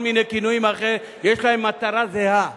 יש להן מטרה זהה.